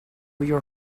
your